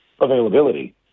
availability